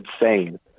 insane